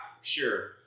sure